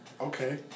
Okay